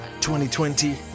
2020